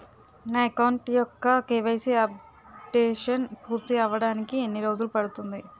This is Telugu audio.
నా అకౌంట్ యెక్క కే.వై.సీ అప్డేషన్ పూర్తి అవ్వడానికి ఎన్ని రోజులు పడుతుంది?